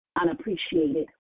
unappreciated